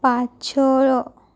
પાછળ